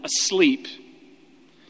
asleep